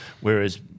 whereas